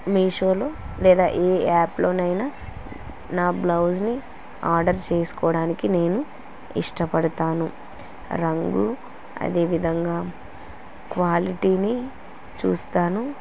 మీషోలో లేదా ఏ యాప్లోనైనా నా బ్లౌజ్ని ఆర్డర్ చేసుకోవడానికి నేను ఇష్టపడతాను రంగు అదేవిధంగా క్వాలిటీని చూస్తాను